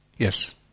Yes